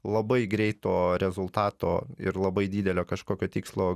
labai greito rezultato ir labai didelio kažkokio tikslo